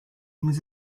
nous